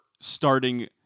starting